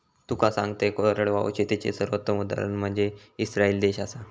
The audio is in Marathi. तुका सांगतंय, कोरडवाहू शेतीचे सर्वोत्तम उदाहरण म्हनजे इस्राईल देश आसा